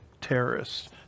Terrorists